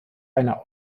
einer